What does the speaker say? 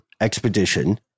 expedition